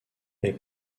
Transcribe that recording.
est